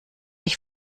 ich